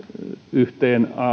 yhteen